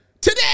Today